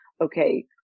okay